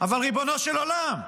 אבל ריבונו של עולם,